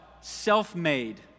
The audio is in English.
self-made